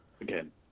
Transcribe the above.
Again